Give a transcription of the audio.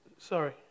Sorry